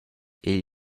igl